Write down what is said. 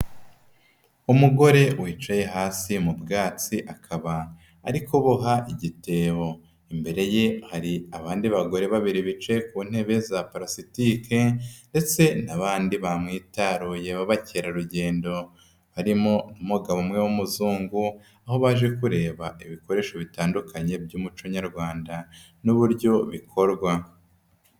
Umugore wicaye hasi mu bwatsi, akaba ari kuboha igitebo. Imbere ye hari abandi bagore babiri bicaye ku ntebe za parasitike ndetse n'abandi bamwitaruye b'abakerarugendo harimo n'umugabo umwe w'umuzungu, aho baje kureba ibikoresho bitandukanye by'umuco Nyarwanda n'uburyo bikorwa.